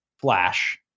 flash